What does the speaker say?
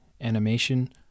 animation